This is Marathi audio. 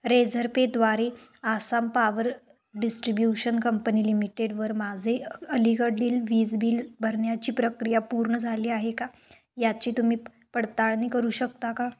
रेझरपेद्वारे आसाम पावर डिस्ट्रीब्यूशन कंपनी लिमिटेडवर माझे अ अलीकडील वीज बील भरण्याची प्रक्रिया पूर्ण झाली आहे का याची तुम्ही प् पडताळणी करू शकता का